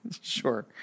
Sure